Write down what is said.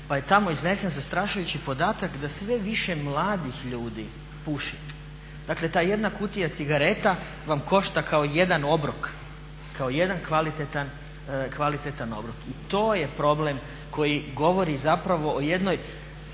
pa je tamo iznesen zastrašujući podatak da sve više mladih ljudi puši. Dakle, ta jedna kutija cigareta vam košta kao jedan obrok, kao jedan kvalitetan obrok. I to je problem koji govori zapravo o jednoj